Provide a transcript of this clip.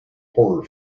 horror